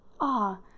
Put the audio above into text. Ah